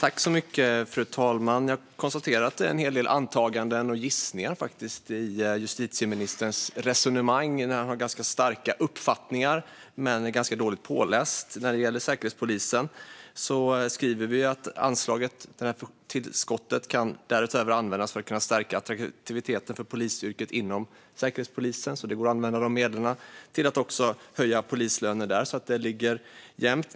Fru talman! Jag konstaterar att det är en hel del antaganden och gissningar i justitieministerns resonemang. Han har ganska starka uppfattningar men är ganska dåligt påläst när det gäller Säkerhetspolisen. Vi skriver att detta tillskott till anslaget därutöver kan användas för att stärka attraktiviteten för polisyrket inom Säkerhetspolisen. Det går alltså att använda dessa medel till att höja polislöner även där.